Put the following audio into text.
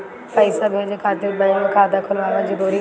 पईसा भेजे खातिर बैंक मे खाता खुलवाअल जरूरी बा?